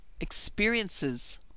experiences